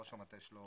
ראש המטה שלו,